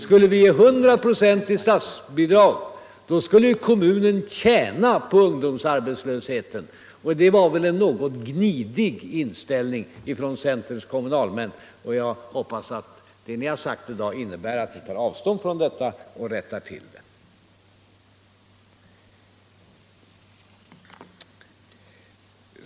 Skulle vi ge 100 96 i statsbidrag, skulle ju kommunen tjäna på ungdomsarbetslösheten, och det var väl en något gnidig inställning från centerns kommunalmän. Jag hoppas att det ni har sagt i dag innebär att ni tar avstånd från detta och rättar till det.